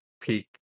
peak